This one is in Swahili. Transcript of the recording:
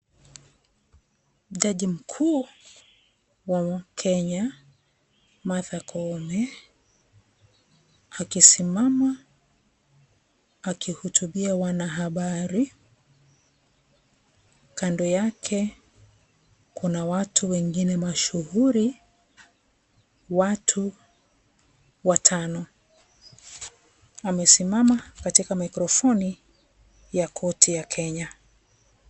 Jaji mkuu wa Kenya, Martha Koome, akisimama, akihutubia wanahabari. Kando yake, kuna watu wengine mashuhuri, watu watano. Amesimama katika mikrofoni, ya Koti ya Kenya.